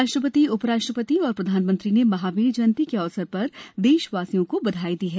राष्ट्रपति उपराष्ट्रपति और प्रधानमंत्री ने महावीर जयंती के अवसर पर देशवासियों को बधाई दी है